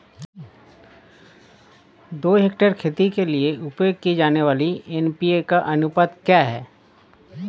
दो हेक्टेयर खेती के लिए उपयोग की जाने वाली एन.पी.के का अनुपात क्या है?